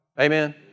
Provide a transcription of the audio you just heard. Amen